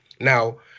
Now